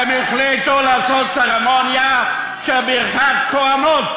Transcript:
הן החליטו לעשות צרמוניה של ברכת כוהנות